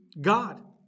God